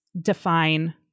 define